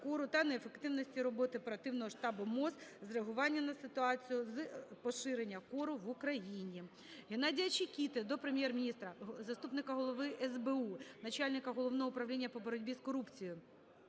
кору та неефективності роботи оперативного штабу МОЗ з реагування на ситуацію з поширення кору в Україні.